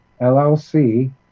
LLC